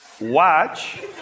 Watch